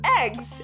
eggs